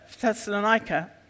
Thessalonica